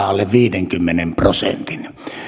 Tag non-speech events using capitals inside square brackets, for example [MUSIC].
[UNINTELLIGIBLE] alle viidenkymmenen prosentin